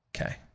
Okay